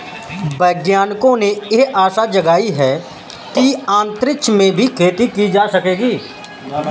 वैज्ञानिकों ने यह आशा जगाई है कि अंतरिक्ष में भी खेती की जा सकेगी